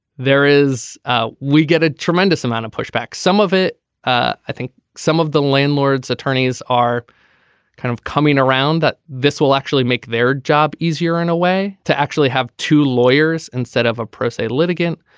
there is. ah we get a tremendous amount of pushback. some of it i think some of the landlords attorneys are kind of coming around that this will actually make their job easier in a way to actually have two lawyers instead of a pro say litigant.